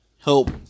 help